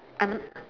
I'm